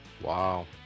Wow